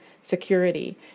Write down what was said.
security